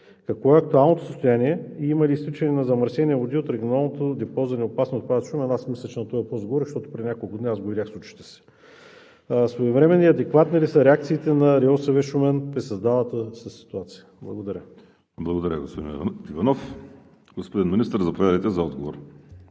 Какво е актуалното състояние и има ли изтичане на замърсени води от Регионалното депо за неопасни отпадъци в Шумен? Аз мисля, че на този въпрос отговорих, защото преди няколко дни го видях с очите си. Своевременни и адекватни ли са реакциите на РИОСВ – Шумен, при създалата се ситуация? Благодаря. ПРЕДСЕДАТЕЛ ВАЛЕРИ СИМЕОНОВ: Благодаря, господин Иванов. Господин Министър, заповядайте за отговор.